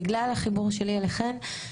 בגלל החיבור שלי אליכן,